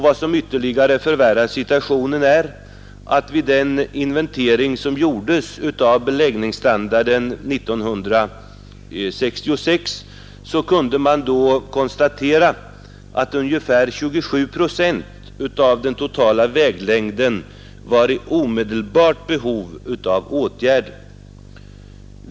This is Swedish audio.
Vad som ytterligare förvärrar situationen är att vid den inventering som gjordes av beläggningsstandarden 1966 kunde man konstatera att ungefär 27 procent av den totala väglängden var i omedelbart behov av åtgärder.